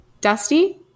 Dusty